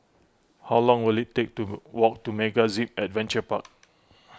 how long will it take to walk to MegaZip Adventure Park